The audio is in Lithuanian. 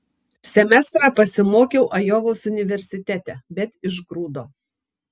semestrą pasimokiau ajovos universitete bet išgrūdo